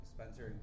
Spencer